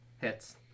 hits